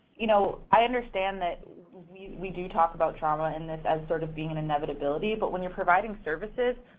you know, i understand that we we do talk about trauma and this as sort of being an inevitability, but when you're providing services,